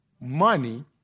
money